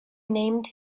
named